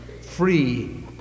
Free